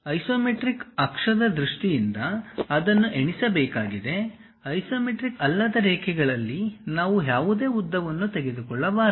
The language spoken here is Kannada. ಐಸೊಮೆಟ್ರಿಕ್ ಅಕ್ಷದ ದೃಷ್ಟಿಯಿಂದ ಅದನ್ನು ಎಣಿಸಬೇಕಾಗಿದೆ ಐಸೊಮೆಟ್ರಿಕ್ ಅಲ್ಲದ ರೇಖೆಗಳಲ್ಲಿ ನಾವು ಯಾವುದೇ ಉದ್ದವನ್ನು ತೆಗೆದುಕೊಳ್ಳಬಾರದು